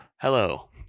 Hello